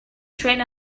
train